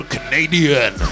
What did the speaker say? Canadian